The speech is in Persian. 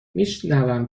میشونم